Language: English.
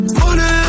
money